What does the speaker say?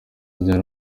ryari